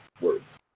words